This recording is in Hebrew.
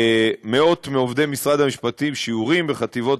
מאות מעובדי משרד המשפטים שיעורים בחטיבות